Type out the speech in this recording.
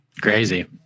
Crazy